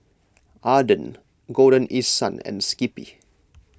Aden Golden East Sun and Skippy